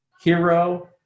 hero